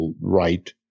right